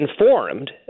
informed